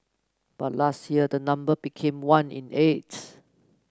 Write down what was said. but last year the number became one in eight